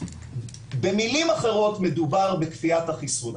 במילים אחרות מדובר בכפיית החיסון,